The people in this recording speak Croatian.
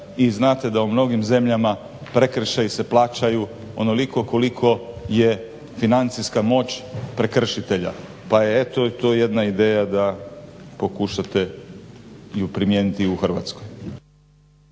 I znate da u mnogim zemljama prekršaji se plaćaju onoliko koliko je financijska moć prekršitelja pa je eto to jedna ideja da pokušate ju primijeniti i u Hrvatskoj.